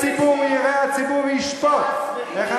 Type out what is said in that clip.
הציבור יראה, הציבור ישפוט, חס וחלילה.